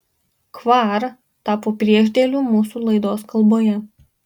kvar tapo priešdėliu mūsų laidos kalboje